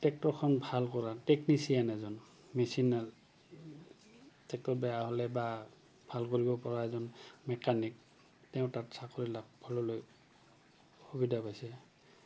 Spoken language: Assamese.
ট্ৰেক্টৰখন ভাল কৰা টেকনিচিয়ান এজন মেচিন ট্ৰেক্টৰ বেয়া হ'লে বা ভাল কৰিব পৰা এজন মেকানিক তেওঁ তাত চাকৰি লাভ সুবিধা পাইছে